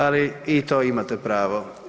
Ali i to imate pravo.